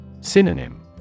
Synonym